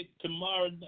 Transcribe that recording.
tomorrow